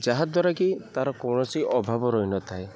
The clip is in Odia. ଯାହାଦ୍ୱାରା କି ତା'ର କୌଣସି ଅଭାବ ରହିନଥାଏ